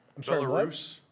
Belarus